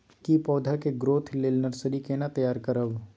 की पौधा के ग्रोथ लेल नर्सरी केना तैयार करब?